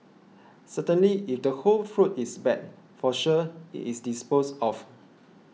certainly if the whole fruit is bad for sure it is disposed of